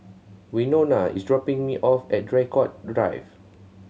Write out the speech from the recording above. Wynona is dropping me off at Draycott Drive